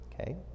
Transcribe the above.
okay